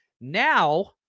now